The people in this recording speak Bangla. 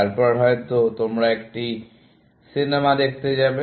তারপর হয়তো তোমরা একটি সিনেমা দেখতে যাবে